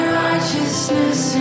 righteousness